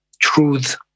truth